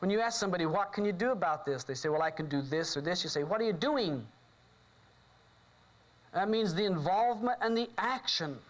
when you ask somebody what can you do about this they say well i can do this or this is a what are you doing that means the involvement and the action